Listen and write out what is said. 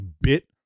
bit